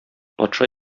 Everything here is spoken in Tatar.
патша